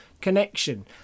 connection